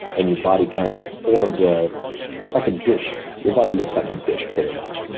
and your body kind of ah forms a like a dish. your body looks like a dish, pretty much.